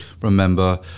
remember